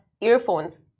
earphones